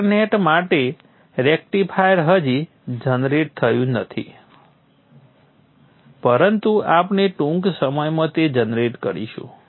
dot net માટે rectifier હજી generate થયું નથી પરંતુ આપણે ટૂંક સમયમાં તે જનરેટ કરીશું